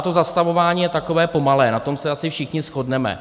To zastavování je takové pomalé, na tom se asi všichni shodneme.